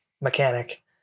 mechanic